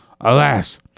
Alas